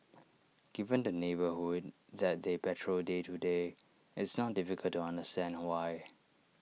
given the neighbourhood that they patrol day to day it's not difficult to understand why